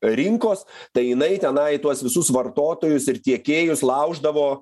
rinkos tai jinai tenai tuos visus vartotojus ir tiekėjus lauždavo